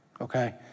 okay